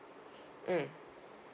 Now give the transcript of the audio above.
mm